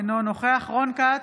אינו נוכח רון כץ,